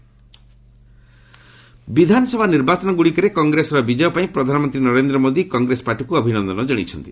PM result ବିଧାନସଭା ନିର୍ବାଚନଗୁଡ଼ିକରେ କଂଗ୍ରେସର ବିଜୟ ପାଇଁ ପ୍ରଧାନମନ୍ତ୍ରୀ ନରେନ୍ଦ୍ର ମୋଦି କଂଗ୍ରେସ ପାର୍ଟିକୁ ଅଭିନନ୍ଦନ ଜଣାଇଛନ୍ତି